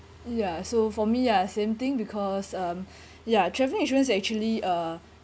ya so for me ya same thing because um ya travel insurance that actually uh